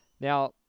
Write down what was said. Now